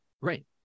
Right